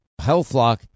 HealthLock